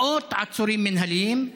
מאות עצורים מינהליים.